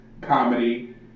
comedy